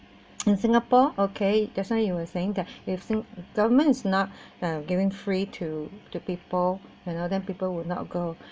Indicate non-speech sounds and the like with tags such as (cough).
(noise) in singapore okay just now you were saying that if sing~ government is not um giving free to to people you know then people will not go